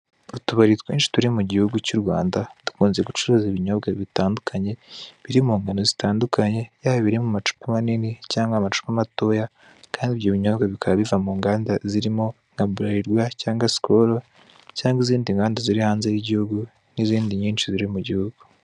Utubari twinshi turi mu gihugu cy'u Rwanda, dukunze gucuruza ibinyobwa bitandukanye biri mu ngano zitandukanye, yaba ibiri mu macupa manini cyangwa amacupa matoya, kandi ibyo binyobwa bikaba biva mu nganda zirimo nka Bralirwa cyangwa Skol cyangwa izindi nganda ziri hanze y'igihugu n'izindi nyinshi ziri mu gihugu.